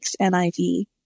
NIV